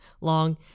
long